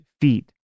feet